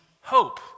hope